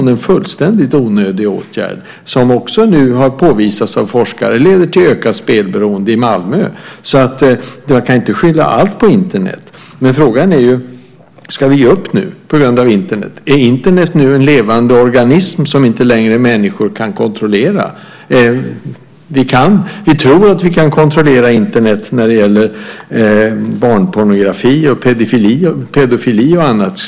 Det är en fullständigt onödig åtgärd som också - det har påvisats av forskare - leder till ett ökat spelberoende i Malmö, så allt kan inte skyllas på Internet. Frågan är om vi ska ge upp nu på grund av Internet. Är Internet nu en levande organism som människor inte längre kan kontrollera? Vi tror att vi kan kontrollera Internet när det gäller barnpornografi, pedofili och annat.